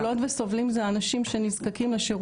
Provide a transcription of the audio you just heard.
אני חושבת שבסוף מי שהכי סובלות וסובלים הם האנשים שנזקקים לשירותים